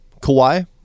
Kawhi